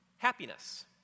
Happiness